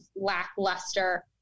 lackluster